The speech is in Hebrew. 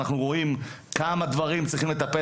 אנחנו רואים בכמה דברים צריך לטפל